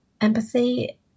empathy